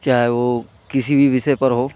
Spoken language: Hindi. चाहे वह किसी भी विषय पर हो